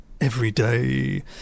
everyday